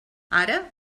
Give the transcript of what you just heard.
ara